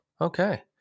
Okay